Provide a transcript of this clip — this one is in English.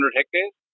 hectares